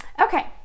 Okay